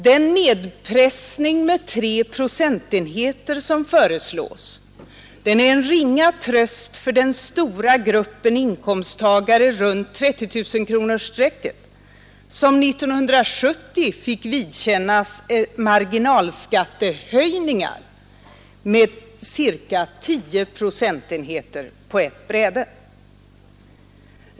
Den nedpressning med 3 procentenheter som föreslås är en ringa tröst för den stora gruppen inkomsttagare runt 30 000 kronorsstrecket som 1970 fick vidkännas marginalskattehöjningar med ca 10 procentenheter på ett bräde.